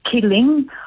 killing